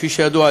כפי שידוע,